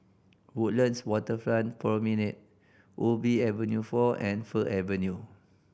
Woodlands Waterfront Promenade Ubi Avenue Four and Fir Avenue